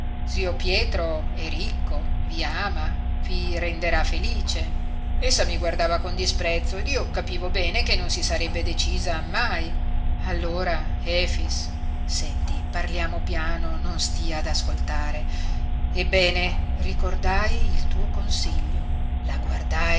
zio pietro è ricco vi ama vi renderà felice essa mi guardava con disprezzo ed io capivo bene che non si sarebbe decisa mai allora efix senti parliamo piano non stia ad ascoltare ebbene ricordai il tuo consiglio la guardai